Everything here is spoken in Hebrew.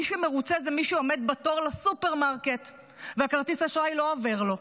מי שמרוצה הוא מי שעומד בתור לסופרמרקט והכרטיס אשראי לא עובר לו,